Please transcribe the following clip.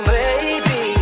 baby